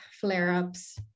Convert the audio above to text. flare-ups